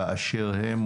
באשר הם,